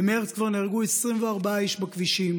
במרץ כבר נהרגו 24 איש בכבישים.